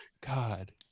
God